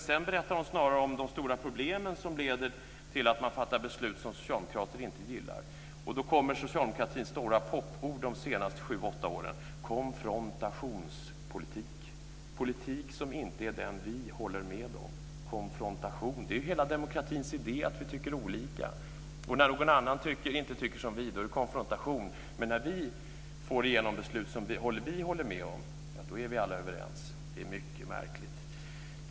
Sedan berättar hon om de stora problem som leder till att man fattar beslut som socialdemokrater inte gillar. Då kommer socialdemokratins stora popord de senaste 7-8 åren, nämligen konfrontationspolitik - politik som vi inte håller med om. Konfrontation. Det är ju hela demokratins idé att vi tycker olika. När någon annan inte tycker som vi är det konfrontation, men när vi får igenom beslut som vi håller med om är vi alla överens. Det är mycket märkligt.